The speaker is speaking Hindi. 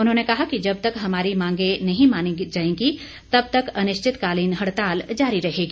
उन्होंने कहा कि जब तक हमारी मांगें नहीं मानी जाएंगी तब तक अनिश्चितकालीन हड़ताल जारी रहेगी